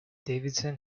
davidson